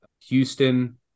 Houston